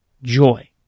joy